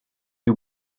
you